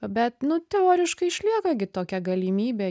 bet nu teoriškai išlieka gi tokia galimybė